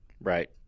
Right